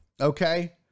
Okay